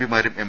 പിമാരും M